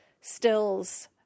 stills